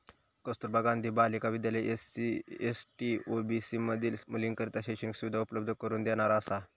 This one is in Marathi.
कस्तुरबा गांधी बालिका विद्यालय एस.सी, एस.टी, ओ.बी.सी मधील मुलींकरता शैक्षणिक सुविधा उपलब्ध करून देणारा असा